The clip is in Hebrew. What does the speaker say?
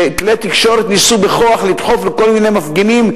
שכלי תקשורת ניסו בכוח לדחוף לכל מיני מפגינים,